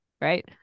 right